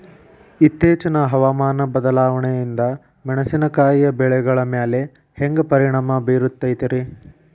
ಇತ್ತೇಚಿನ ಹವಾಮಾನ ಬದಲಾವಣೆಯಿಂದ ಮೆಣಸಿನಕಾಯಿಯ ಬೆಳೆಗಳ ಮ್ಯಾಲೆ ಹ್ಯಾಂಗ ಪರಿಣಾಮ ಬೇರುತ್ತೈತರೇ?